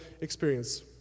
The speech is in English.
experience